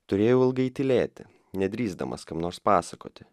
turėjau ilgai tylėti nedrįsdamas kam nors pasakoti